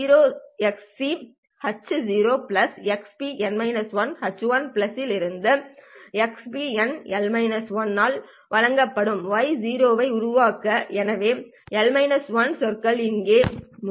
Xc h xp h xp n ஆல் வழங்கப்படும் y ஐ உருவாக்க எனவே L 1 சொற்கள் இங்கே முறை h